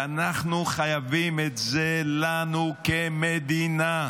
ואנחנו חייבים את זה לנו כמדינה,